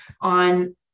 On